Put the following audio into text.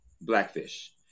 Blackfish